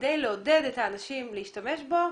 כדי לעודד את האנשים להשתמש בו,